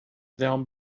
them